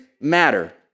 matter